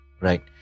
right